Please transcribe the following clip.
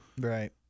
Right